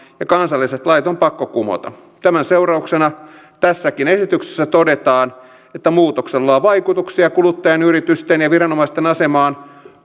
ja kansalliset lait on pakko kumota tämän seurauksena tässäkin esityksessä todetaan että muutoksella on vaikutuksia kuluttajan yritysten ja viranomaisten asemaan